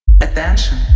Attention